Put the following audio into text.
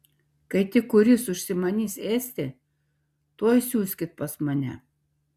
kai tik kuris užsimanys ėsti tuoj siųskit pas mane